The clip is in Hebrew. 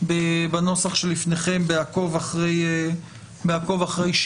בנוסח שלפניכם ב'עקוב אחרי שינויים'.